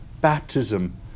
Baptism